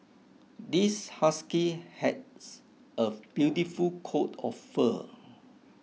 this husky has a beautiful coat of fur